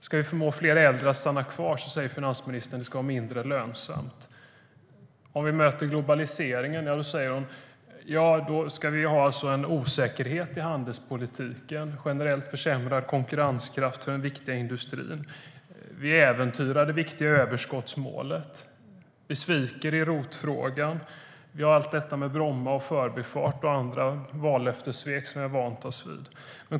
Ska vi förmå fler äldre att stanna kvar säger finansministern att det ska vara mindre lönsamt. Om att möta globaliseringen säger hon att vi ska ha en osäkerhet i handelspolitiken och försämra konkurrenskraften generellt för den viktiga industrin. Man äventyrar det viktiga överskottsmålet. Man sviker i ROT-frågan. Vi har allt detta med Bromma, Förbifarten och andra vallöftessvek som vi vant oss vid.